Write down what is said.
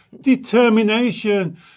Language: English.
determination